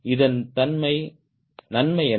இதன் நன்மை என்ன